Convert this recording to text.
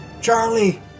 Charlie